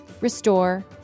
restore